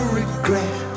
regret